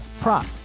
prop